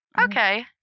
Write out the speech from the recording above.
Okay